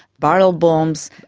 barrel bombs,